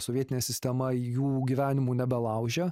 sovietinė sistema jų gyvenimų nebelaužė